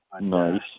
Nice